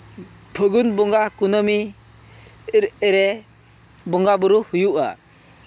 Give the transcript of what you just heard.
ᱯᱷᱟᱹᱜᱩᱱ ᱵᱚᱸᱜᱟ ᱠᱩᱱᱟᱹᱢᱤ ᱨᱮ ᱵᱚᱸᱜᱟᱼᱵᱩᱨᱩ ᱦᱩᱭᱩᱜᱼᱟ